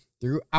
throughout